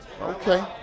Okay